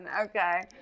okay